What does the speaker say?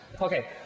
Okay